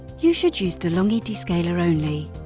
you should use de'longhi descaler only.